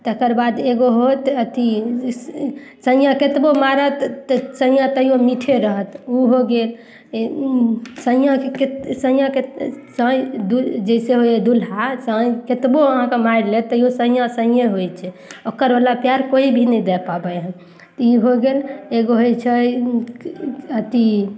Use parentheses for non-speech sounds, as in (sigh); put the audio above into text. तकर बाद एगो होत अथी सैयाँ कतबो मारत तऽ सैयाँ तैयो मीठे रहत ओ हो गेल सैयाँके सैयाँ (unintelligible) जइसन होइ दूल्हा साँय केतबो अहाँके मारि लेत तैयो सैयाँ सइयें होइ छै ओकर बला प्यार कोइ भी नहि दए पाबै हइ तऽ ई होइ गेल एगो हइ छै अथी